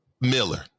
miller